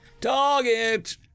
Target